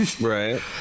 right